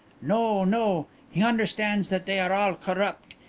no, no he understands that they are all corrupt.